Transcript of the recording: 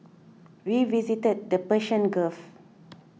we visited the Persian Gulf